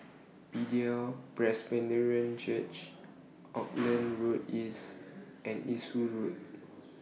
Bethel Presbyterian Church Auckland Road East and Eastwood Road